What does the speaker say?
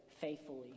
faithfully